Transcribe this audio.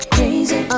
Crazy